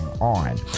on